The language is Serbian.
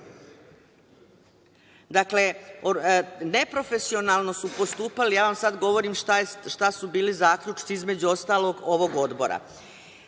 Dakle, neprofesionalno su postupali. Ja vam sada govorim šta su bili zaključci, između ostalog ovog